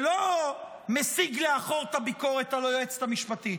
שלא מסיג לאחור את הביקורת על היועצת המשפטית,